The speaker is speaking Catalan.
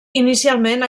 inicialment